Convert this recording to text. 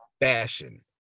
fashion